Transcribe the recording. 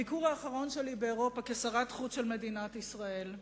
בביקור האחרון שלי באירופה כשרת החוץ של מדינת ישראל.